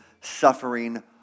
suffering